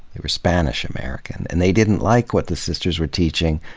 they were spanish-american, and they didn't like what the sisters were teaching,